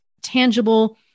tangible